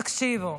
תקשיבו,